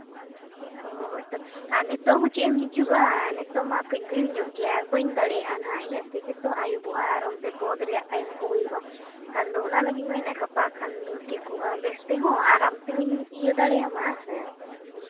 ᱦᱳᱭᱛᱳ ᱟᱨ ᱱᱤᱛᱚᱜ ᱦᱚᱸ ᱪᱮᱫ ᱮᱢ ᱦᱤᱡᱩᱜᱼᱟ ᱟᱨ ᱱᱤᱛᱚᱜ ᱢᱟ ᱠᱟᱹᱡ ᱵᱷᱤᱲ ᱧᱚᱜ ᱜᱮᱭᱟ ᱟᱨ ᱵᱟᱹᱧ ᱫᱟᱲᱮᱭᱟᱜᱼᱟ ᱱᱟᱦᱟᱜ ᱤᱱᱟᱹᱜ ᱛᱮᱜᱮ ᱛᱚ ᱟᱹᱭᱩᱵᱚᱜᱼᱟ ᱟᱨ ᱚᱱᱛᱮ ᱵᱚᱱᱫᱷ ᱨᱮᱭᱟᱜ ᱴᱟᱭᱤᱢ ᱠᱚ ᱦᱩᱭᱩᱜᱼᱟ ᱟᱫᱚ ᱚᱱᱟ ᱞᱟᱹᱜᱤᱫ ᱤᱧ ᱢᱮᱱᱮᱫᱼᱟ ᱜᱟᱯᱟ ᱠᱷᱟᱱ ᱫᱚ ᱴᱷᱤᱠᱚᱜᱼᱟ ᱵᱮᱥ ᱛᱮᱦᱚᱸ ᱟᱨ ᱟᱨᱟᱢ ᱛᱮᱦᱚᱸᱢ ᱤᱭᱟᱹ ᱫᱟᱲᱮᱭᱟᱜᱼᱟ ᱦᱮᱸᱥᱮ